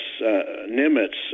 Nimitz